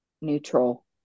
neutral